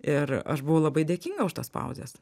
ir aš buvau labai dėkinga už tas pauzes